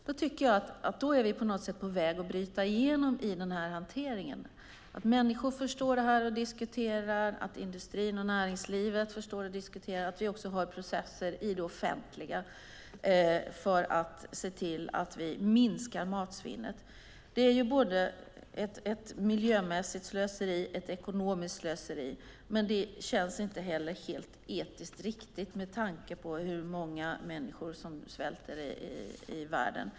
Då är vi på något sätt på väg att bryta igenom i hanteringen. Människor förstår frågan och diskuterar, och industrin och näringslivet förstår frågan och diskuterar. Vi ska ha processer i det offentliga för att minska matsvinnet. Det är ett både miljömässigt och ekonomiskt slöseri, och det känns inte heller etiskt riktigt med tanke på hur många människor som svälter i världen.